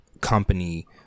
company